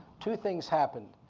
two things happened.